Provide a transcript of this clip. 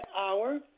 hour